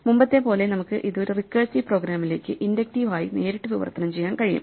മുമ്പത്തെപ്പോലെ നമുക്ക് ഇത് ഒരു റിക്കേഴ്സീവ് പ്രോഗ്രാമിലേക്ക് ഇൻഡക്റ്റീവ് ആയി നേരിട്ട് വിവർത്തനം ചെയ്യാൻ കഴിയും